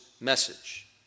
message